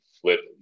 flip